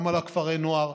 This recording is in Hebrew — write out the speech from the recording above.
גם על כפרי הנוער,